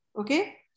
Okay